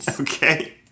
Okay